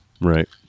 Right